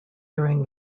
during